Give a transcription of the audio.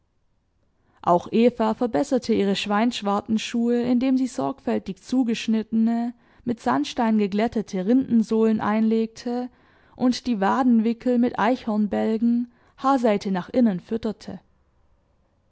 auch eva verbesserte ihre schweinsschwartenschuhe indem sie sorgfältig zugeschnittene mit sandstein geglättete rindensohlen einlegte und die wadenwickel mit eichhornbälgen haarseite nach innen fütterte